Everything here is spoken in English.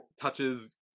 touches